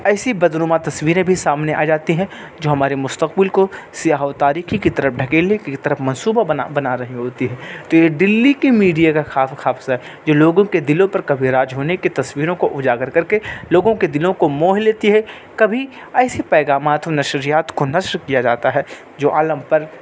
ایسی بدنما تصویریں بھی سامنے آ جاتی ہیں جو ہمارے مستقبل کو سیاہ و تاریکی کی طرف ڈھکیلنے کی ایک طرف منصوبہ بنا بنا رہی ہوتی ہے تو یہ دلی کی میڈیا کا خواب خواب ہیں جو لوگوں کے دلوں پر کبھی راج ہونے کے تصویروں کو اجاگر کر کے لوگوں کے دلوں کو موہ لیتی ہے کبھی ایسی پیغامات و نشریات کو نشر کیا جاتا ہے جو عالم پر